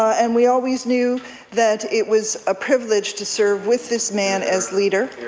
and we always knew that it was a privilege to serve with this man as leader.